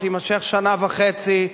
שתימשך שנה וחצי,